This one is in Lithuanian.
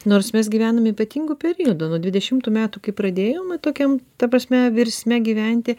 nors mes gyvenam ypatingu periodu nuo dvidešimtų metų kai pradėjom tokiam ta prasme virsme gyventi